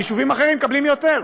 ויישובים אחרים מקבלים יותר.